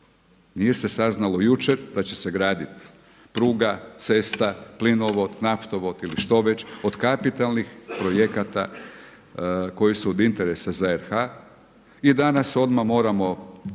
nije se saznalo jučer da će se graditi pruga, cesta, plinovod, naftovod ili što već, od kapitalnih projekata koji su od interesa za RH i danas odmah moramo provesti